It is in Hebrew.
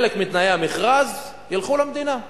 חלק מתנאי המכרז, ילכו למדינה,